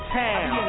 town